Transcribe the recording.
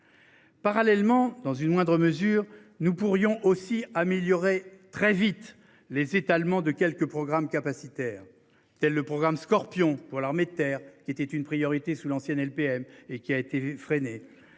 Parallèlement, dans une moindre mesure, nous pourrions aussi améliorer très vite les étalement de quelques programmes capacitaire tels le programme Scorpion pour l'armée de terre qui était une priorité sous l'ancienne LPM et qui a été freiné